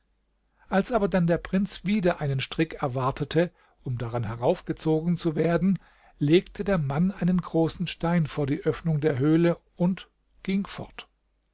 als aber dann der prinz wieder einen strick erwartete um daran heraufgezogen zu werden legte der mann einen großen stein vor die öffnung der höhle und ging fort